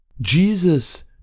Jesus